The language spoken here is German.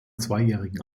zweijährigen